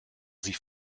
sie